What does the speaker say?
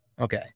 Okay